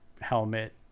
helmet